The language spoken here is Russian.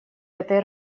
этой